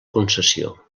concessió